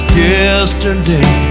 yesterday